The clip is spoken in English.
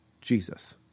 Jesus